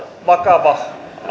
vakava asia erityisesti